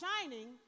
shining